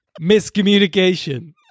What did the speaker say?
Miscommunication